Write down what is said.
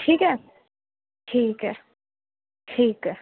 ٹھیک ہے ٹھیک ہے ٹھیک ہے